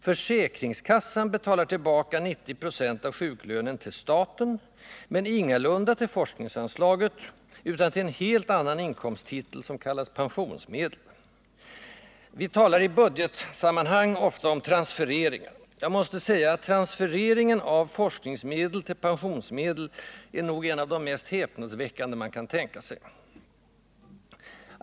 Försäkringskassan betalar tillbaka 90 96 av sjuklönen till staten, men ingalunda till forskningsanslaget utan till en helt annan inkomsttitel, som kallas ”pensionsmedel”. Vi talar i budgetsammanhang ofta om transfereringar. Jag måste säga att transfereringen av forskningsmedel till pensionsmedel nog är en av de mest häpnadsväckande transfereringar man kan tänka sig.